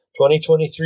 2023